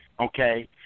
okay